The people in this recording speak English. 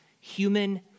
human